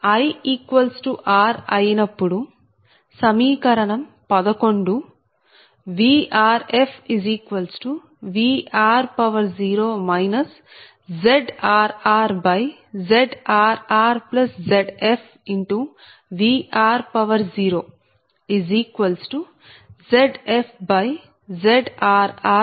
i r అయినప్పుడు సమీకరణం 11 VrfVr0 ZrrZrrZf Vr0ZfZrrZf Vr0 అవుతుంది